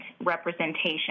representation